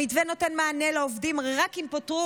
המתווה נותן מענה לעובדים רק אם פוטרו